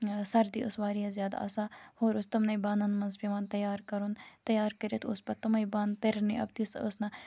سَردی ٲسۍ واریاہ زیادٕ آسان ہورٕ اوس تِمنٕے بانَن مَنٛز پیٚوان تَیار کَرُن تیار کٔرِتھ اوس پَتہٕ تِماے بانہٕ تُرنہِ آبہٕ تِژھ ٲس نہٕ